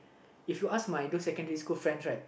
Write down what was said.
if you ask my those secondary school friends right